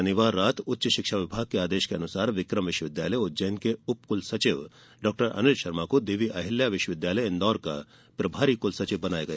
शनिवार रात उच्चशिक्षा विभाग के आदेश के अनुसार विक्रम विश्वविद्यालय उज्जैन के उपकुलसचिव डॉ अनिल शर्मा को देवी अहिल्या विश्वविद्यालय इंदौर का प्रभारी कुलसचिव बनाया गया